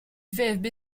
vfb